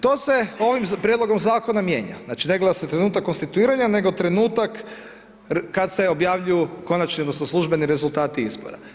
To se ovim prijedlogom Zakona mijenja, znači, ne gleda se trenutak konstituiranja, nego trenutak kad se objavljuju konačni odnosno službeni rezultati izbora.